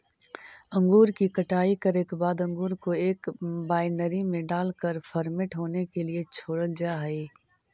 अंगूर की कटाई करे के बाद अंगूर को एक वायनरी में डालकर फर्मेंट होने के लिए छोड़ल जा हई